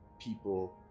people